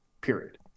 period